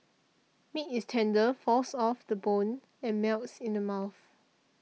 meat is tender falls off the bone and melts in the mouth